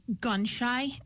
gun-shy